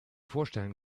vorstellen